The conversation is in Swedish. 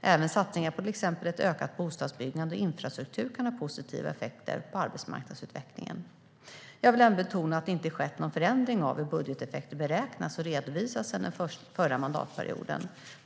Även satsningar på till exempel ett ökat bostadsbyggande och infrastruktur kan ha positiva effekter på arbetsmarknadsutvecklingen. Jag vill även betona att det inte skett någon förändring av hur budgeteffekter beräknas och redovisas sedan den förra mandatperioden.